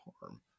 harm